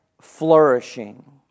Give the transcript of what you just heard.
flourishing